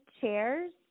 chairs